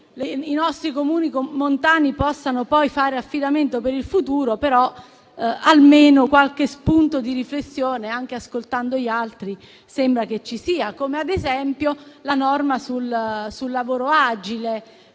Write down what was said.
i nostri Comuni montani possano fare affidamento per il futuro, però almeno qualche spunto di riflessione, anche ascoltando gli altri, sembra che ci sia, come ad esempio la norma sul lavoro agile.